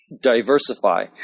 diversify